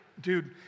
Dude